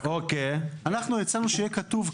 אנחנו הצענו שיהיה כתוב,